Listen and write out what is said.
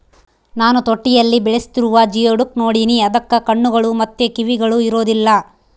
ನಾನು ತೊಟ್ಟಿಯಲ್ಲಿ ಬೆಳೆಸ್ತಿರುವ ಜಿಯೋಡುಕ್ ನೋಡಿನಿ, ಅದಕ್ಕ ಕಣ್ಣುಗಳು ಮತ್ತೆ ಕಿವಿಗಳು ಇರೊದಿಲ್ಲ